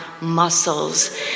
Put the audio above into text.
muscles